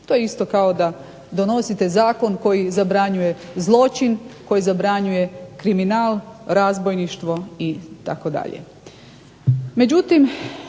To je isto kao da donosite zakon koji zabranjuje zločin, koji zabranjuje kriminal, razbojništvo itd.